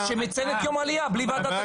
שהכנסת מציינת את יום העלייה בלי ועדת הקליטה.